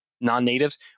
non-natives